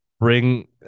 bring